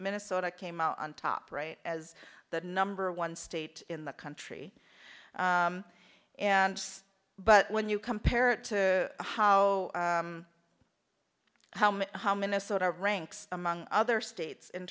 minnesota came out on top right as the number one state in the country and but when you compare it to how how much how minnesota ranks among other states in